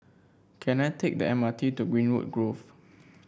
can I take the M R T to Greenwood Grove